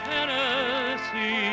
Tennessee